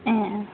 ए